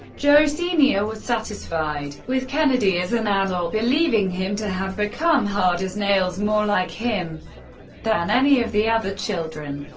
joe sr. was satisfied with kennedy as an adult, believing him to have become hard as nails, more like him than any of the other children,